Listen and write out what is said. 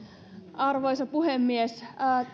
arvoisa puhemies